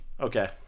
Okay